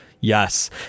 Yes